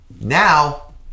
Now